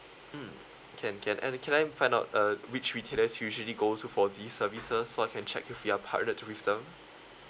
mm can can and can I find out uh which retailers usually goes for these service uh so I can check if we're partnered with them